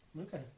Okay